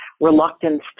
reluctance